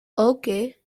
okay